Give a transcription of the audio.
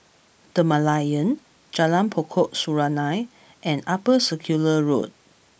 The Merlion Jalan Pokok Serunai and Upper Circular Road